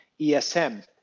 ESM